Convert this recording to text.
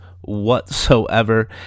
whatsoever